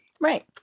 Right